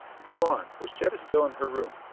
spawn, was jetta still in her room?